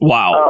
Wow